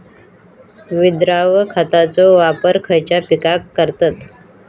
विद्राव्य खताचो वापर खयच्या पिकांका करतत?